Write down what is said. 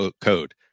code